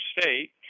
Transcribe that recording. State